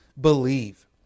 believe